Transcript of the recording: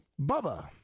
Bubba